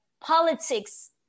politics